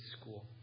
school